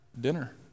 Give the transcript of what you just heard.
dinner